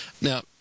Now